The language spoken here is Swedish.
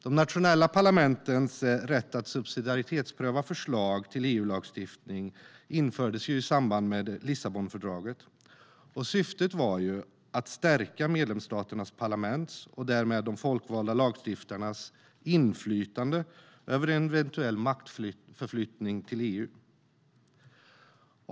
De nationella parlamentens rätt att subsidiaritetspröva förslag till EUlagstiftning infördes i samband med Lissabonfördraget. Syftet var att stärka medlemsstaternas parlaments - och därmed de folkvalda lagstiftarnas - inflytande över eventuell maktöverflyttning till EU.